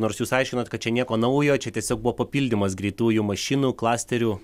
nors jūs aiškinat kad čia nieko naujo čia tiesiog buvo papildymas greitųjų mašinų klasterių